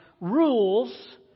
rules